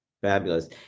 Fabulous